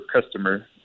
customer